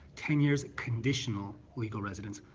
ten years conditional legal residence.